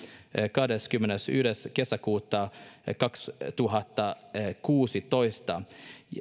kahdeskymmenesensimmäinen kesäkuuta kaksituhattakuusitoista